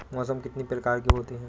मौसम कितनी प्रकार के होते हैं?